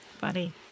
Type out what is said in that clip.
Funny